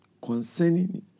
concerning